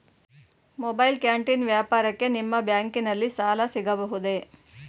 Mobile canteen ವ್ಯಾಪಾರಕ್ಕೆ ನಿಮ್ಮ ಬ್ಯಾಂಕಿನಲ್ಲಿ ಸಾಲ ಸಿಗಬಹುದೇ?